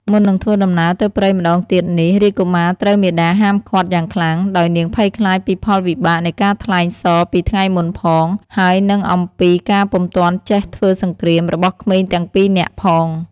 មុននឹងធ្វើដំណើរទៅព្រៃម្តងទៀតនេះ រាជកុមារត្រូវមាតាហាមឃាត់យ៉ាងខ្លាំង ដោយនាងភ័យខ្លាចពីផលវិបាកនៃការថ្លែងសរពីថ្ងៃមុនផង ហើយនិងអំពីការពុំទាន់ចេះធ្វើសង្គ្រាម របស់ក្មេងទាំងពីរនាក់ផង។